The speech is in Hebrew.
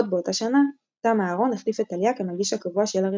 עוד באותה שנה תם אהרון החליף את טליה כמגיש הקבוע של הרצועה.